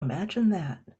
imagine